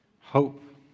hope